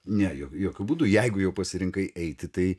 ne jokiu būdu jeigu jau pasirinkai eiti tai